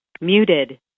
Muted